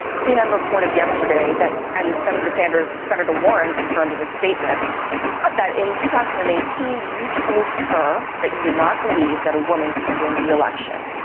cnn reported yesterday that and senator sanders, senator warren confirmed in a statement that in two thousand and eighteen you told her that you did not believe that a woman could win the election.